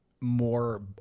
more